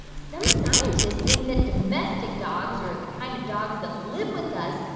some scientists think that domestic dogs, or the kind of dogs that live with us,